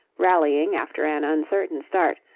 rallying after an uncertain start,